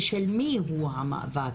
ושל מי הוא המאבק.